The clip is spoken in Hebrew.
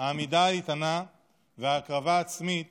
העמידה האיתנה וההקרבה העצמית